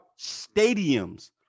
stadiums